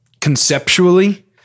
conceptually